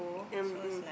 um um